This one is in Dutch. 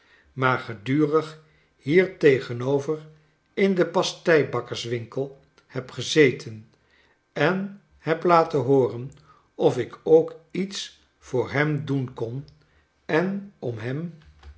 maar gedurig hier tegenover in den pasteibakkerswinkel heb gezeten en heb laten hooren of ik ook iets voor hem doen kon en om hem